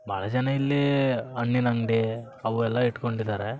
ಭಾಳ ಜನ ಇಲ್ಲಿ ಹಣ್ಣಿನ ಅಂಗಡಿ ಅವು ಎಲ್ಲ ಇಟ್ಕೊಂಡಿದ್ದಾರೆ